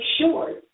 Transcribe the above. sure